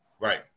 Right